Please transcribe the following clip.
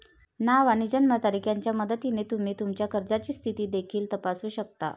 नाव आणि जन्मतारीख यांच्या मदतीने तुम्ही तुमच्या कर्जाची स्थिती देखील तपासू शकता